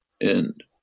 end